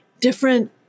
different